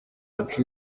yacu